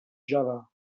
java